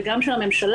וגם של הממשלה,